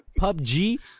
PUBG